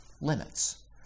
Limits